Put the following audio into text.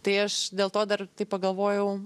tai aš dėl to dar pagalvojau